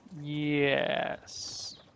Yes